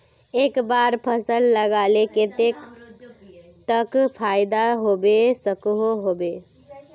एक बार फसल लगाले कतेक तक फायदा होबे सकोहो होबे?